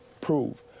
prove